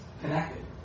connected